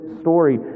story